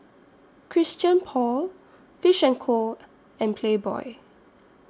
Christian Paul Fish and Co and Playboy